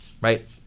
right